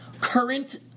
current